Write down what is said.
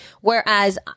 whereas